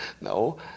No